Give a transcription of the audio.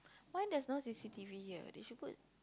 why there is not c_c_t_v here they should put